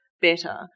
better